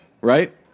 right